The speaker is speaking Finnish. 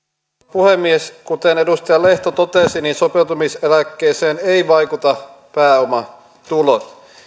puhemies kuten edustaja lehto totesi sopeutumiseläkkeeseen eivät vaikuta pääomatulot